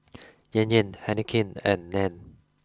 Yan Yan Heinekein and Nan